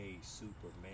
superman